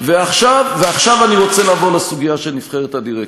עכשיו אני רוצה לעבור לסוגיה של נבחרת הדירקטורים,